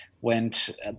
went